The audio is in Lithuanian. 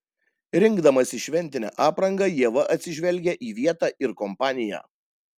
rinkdamasi šventinę aprangą ieva atsižvelgia į vietą ir kompaniją